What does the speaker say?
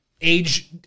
age